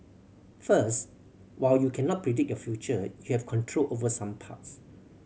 first while you cannot predict your future you have control over some parts